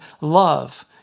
love